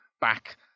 back